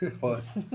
first